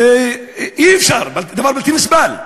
זה אי-אפשר, דבר בלתי נסבל.